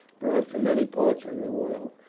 brought from many parts of the world,